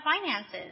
finances